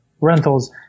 rentals